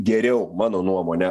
geriau mano nuomone